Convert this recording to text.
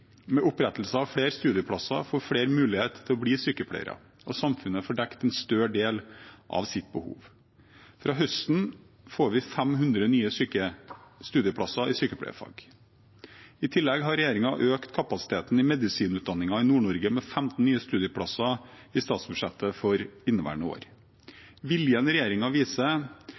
Med opprettelsen av flere studieplasser får flere muligheten til å bli sykepleiere, og samfunnet får dekket en større del av sitt behov. Fra høsten får vi til 500 nye studieplasser i sykepleiefag. I tillegg har regjeringen økt kapasiteten i medisinutdanningen i Nord-Norge med 15 nye studieplasser i statsbudsjettet for inneværende år.